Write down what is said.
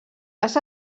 les